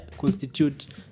constitute